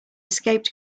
escaped